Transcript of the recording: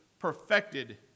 perfected